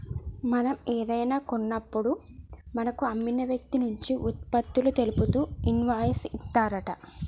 మనం ఏదైనా కాన్నప్పుడు మనకు అమ్మిన వ్యక్తి నుంచి ఉత్పత్తులు తెలుపుతూ ఇన్వాయిస్ ఇత్తారంట